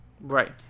Right